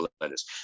letters